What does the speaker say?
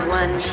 one